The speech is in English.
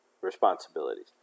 responsibilities